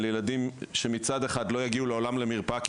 על ילדים שמצד אחד לא יגיעו לעולם למרפאה